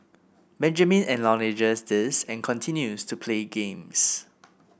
Benjamin acknowledges this and continues to play games